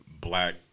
black